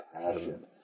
passion